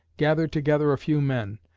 gathered together a few men.